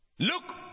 Look